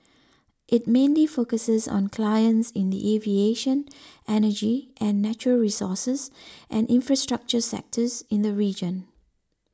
it mainly focuses on clients in the aviation energy and natural resources and infrastructure sectors in the region